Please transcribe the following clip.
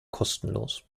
kostenlos